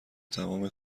تمام